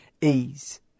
ease